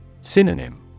Synonym